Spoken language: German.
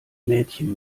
mädchen